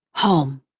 home